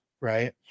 Right